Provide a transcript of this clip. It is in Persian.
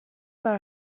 برا